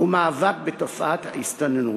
ומאבק בתופעת ההסתננות.